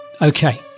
Okay